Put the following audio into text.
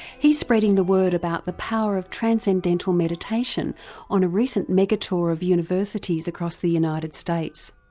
he's spreading the word about the power of transcendental meditation on a recent mega tour of universities across the united states.